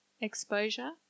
exposure